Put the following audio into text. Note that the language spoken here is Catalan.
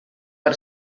per